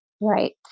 Right